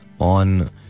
on